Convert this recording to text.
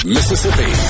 Mississippi